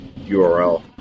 URL